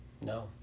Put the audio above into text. No